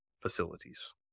facilities